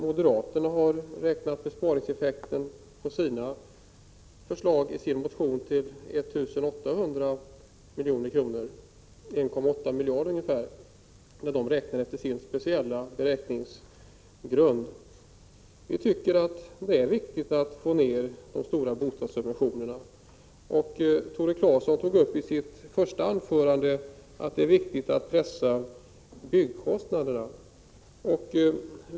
Moderaterna har beräknat besparingseffekten av sina förslag i sin motion till 1 800 milj.kr. Vi tycker att det är viktigt att få ned de stora bostadssubventionerna. Tore Claeson sade i sitt första anförande att det är viktigt att pressa ned byggkostnaderna.